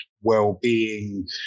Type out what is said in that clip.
well-being